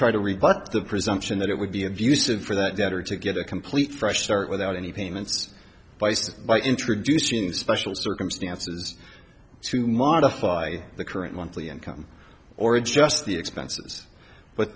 try to rebut the presumption that it would be abusive for the debtor to get a complete fresh start without any payments by introducing special circumstances to modify the current monthly income or just the expenses but